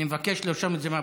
אני מבקש לרשום את זה בפרוטוקול.